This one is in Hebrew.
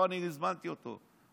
לא אני הזמנתי אותו,